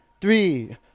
three